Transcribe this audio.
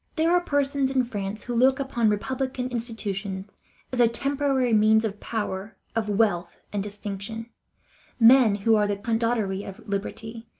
there are persons in france who look upon republican institutions as a temporary means of power, of wealth, and distinction men who are the condottieri of liberty,